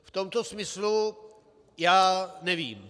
V tomto smyslu já nevím.